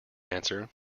answer